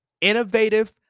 Innovative